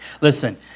Listen